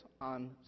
on